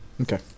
Okay